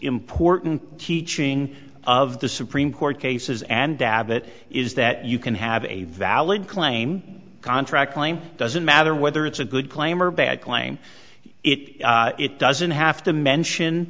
important teaching of the supreme court cases and dabbed it is that you can have a valid claim contract claim doesn't matter whether it's a good claim or bad claim it it doesn't have to mention